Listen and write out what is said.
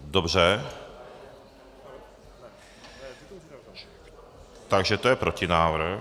Dobře, takže to je protinávrh.